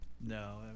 No